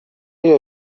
ایا